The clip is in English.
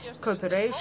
cooperation